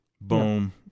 boom